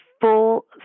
full